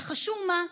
נחשו מה?